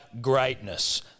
greatness